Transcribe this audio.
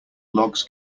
logs